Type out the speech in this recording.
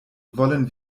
wollen